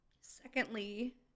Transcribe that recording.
secondly